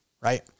right